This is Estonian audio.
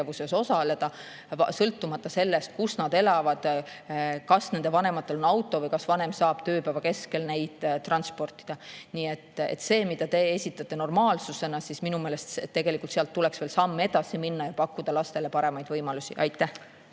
osaleda, sõltumata sellest, kus nad elavad, kas nende vanematel on auto ja kas vanem saab tööpäeva keskel neid transportida. Nii et sealt, mida te esitate normaalsusena, tuleks minu meelest veel samm edasi minna ja pakkuda lastele paremaid võimalusi. Suur